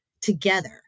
together